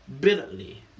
bitterly